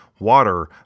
water